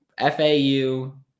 FAU